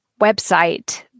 website